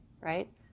right